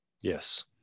Yes